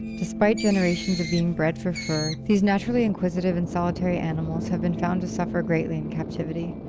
despite generations of being bred for fur, these naturally inquisitive and solitary animals have been found to suffer greatly in captivity,